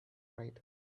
right